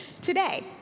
today